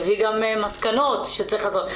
מביא גם מסקנות שצריך לעשות.